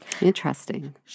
Interesting